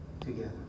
together